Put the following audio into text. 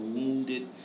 wounded